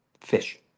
fish